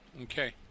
okay